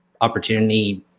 opportunity